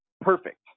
perfect